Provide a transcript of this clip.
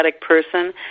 person